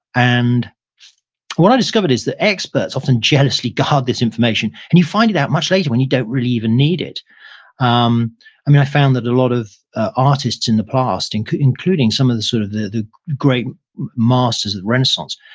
and what i discovered is that experts often jealously guard this information, and you find it out much later when you don't really even need it um um i found that a lot of artists in the past, and including some of the sort of the great masters of renaissance,